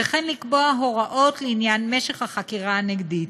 וכן לקבוע הוראות לעניין משך החקירה הנגדית.